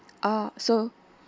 oh so